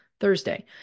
Thursday